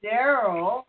Daryl